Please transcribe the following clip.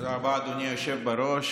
תודה רבה, אדוני היושב בראש.